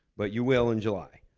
but you will in july.